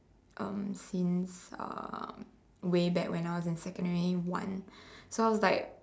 um since uh way back when I was in secondary one so was like